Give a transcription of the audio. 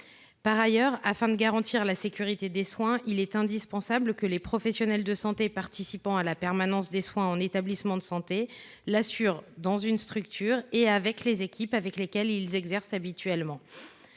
Par ailleurs, pour garantir la sécurité des soins, il est indispensable que les professionnels de santé participant à la permanence des soins en établissement de santé assurent cette permanence dans leur structure et aux côtés des équipes avec lesquelles ils travaillent habituellement.